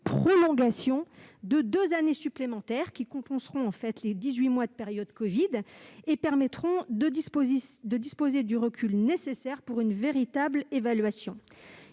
prolongation de deux années supplémentaires, qui compenseront les dix-huit mois de période covid-19 et permettront de disposer du recul nécessaire pour une véritable évaluation.